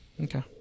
Okay